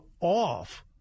off